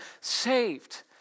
saved